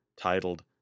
titled